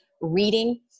reading